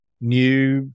new